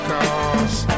Cause